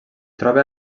troba